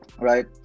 right